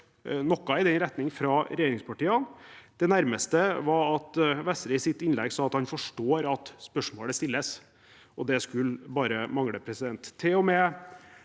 noe i den retning fra regjeringspartiene. Det nærmeste var at Vestre i sitt innlegg sa at han forstår at spørsmålet stilles, og det skulle bare mangle! Til og med